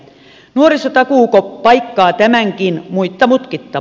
nuorisotakuuko paikkaa tämänkin muitta mutkitta